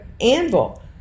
anvil